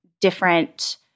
different